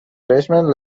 tasmanian